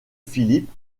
philippe